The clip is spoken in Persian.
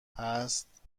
هست